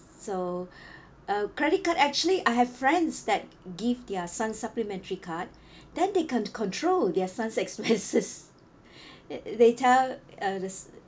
so uh credit card actually I have friends that give their son supplementary card then they can control their son expenses the~ they tell uh the